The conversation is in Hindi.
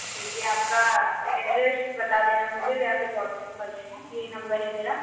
ठीक है आपका एड्रैस बता देना मुझे या फिर व्हाट्सप कर देना यही नंबर है मेरा